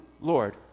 Lord